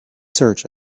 search